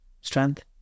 strength